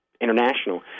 international